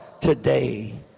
today